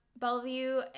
Bellevue